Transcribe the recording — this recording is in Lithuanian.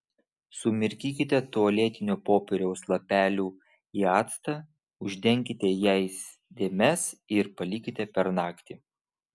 sumirkykite tualetinio popieriaus lapelių į actą uždenkite jais dėmes ir palikite per naktį